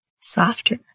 softer